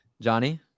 Johnny